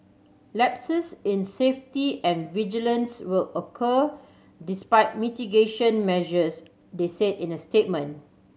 lapses in safety and vigilance will occur despite mitigation measures they said in a statement